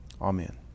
Amen